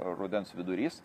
rudens vidurys